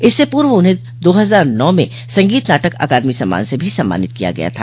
इससे पूर्व उन्हें दो हजार नौ में संगीत नाटक अकादमी सम्मान से भी सम्मानित किया गया था